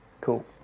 Cool